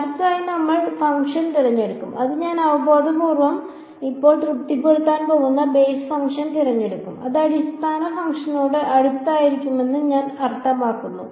അടുത്തതായി നമ്മൾ ഫംഗ്ഷൻ തിരഞ്ഞെടുക്കും അത് ഞാൻ അവബോധപൂർവ്വം ഇപ്പോൾ തൃപ്തിപ്പെടുത്താൻ പോകുന്ന ബേസ് ഫംഗ്ഷൻ തിരഞ്ഞെടുക്കും അത് അടിസ്ഥാന ഫംഗ്ഷനോട് അടുത്തായിരിക്കുമെന്ന് ഞാൻ അർത്ഥമാക്കുന്നു